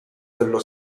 dello